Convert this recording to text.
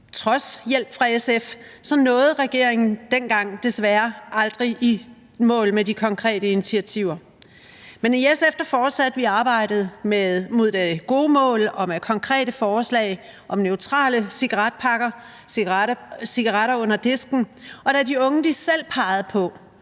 trods hjælp fra SF nåede regeringen dengang desværre aldrig i mål med de konkrete initiativer. Men i SF fortsatte vi arbejdet mod det gode mål og med konkrete forslag om neutrale cigaretpakker, cigaretter under disken, og da de unge selv pegede på,